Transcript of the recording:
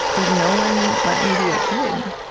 like, no one let me be a kid.